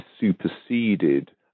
superseded